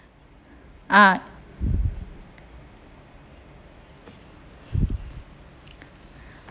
ah